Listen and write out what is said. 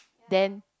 then